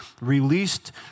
released